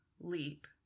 leap